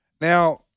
Now